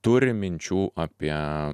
turi minčių apie